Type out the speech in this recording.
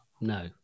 No